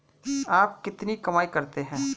आप कितनी कमाई करते हैं?